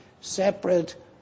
separate